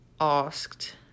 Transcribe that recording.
asked